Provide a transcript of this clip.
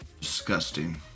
Disgusting